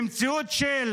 במציאות של